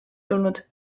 tulnud